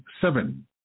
seven